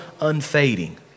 unfading